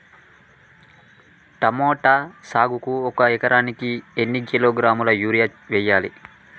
Tomato సాగుకు ఒక ఎకరానికి ఎన్ని కిలోగ్రాముల యూరియా వెయ్యాలి?